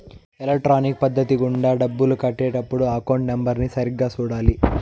electronic పద్ధతి గుండా డబ్బులు కట్టే టప్పుడు అకౌంట్ నెంబర్ని సరిగ్గా సూడాలి